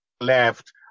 left